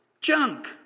junk